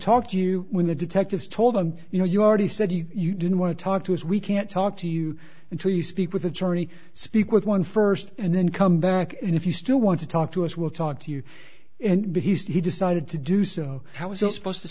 talk to you when the detectives told him you know you already said you didn't want to talk to us we can't talk to you until you speak with attorney speak with one first and then come back and if you still want to talk to us we'll talk to you and he decided to do so how is it supposed to